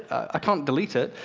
i can't delete it.